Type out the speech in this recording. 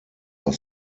are